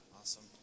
Awesome